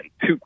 two